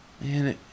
Man